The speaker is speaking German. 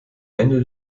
ende